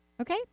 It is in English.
Okay